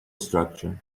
structure